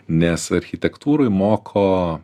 nes architektūroj moko